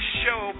show